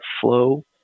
flow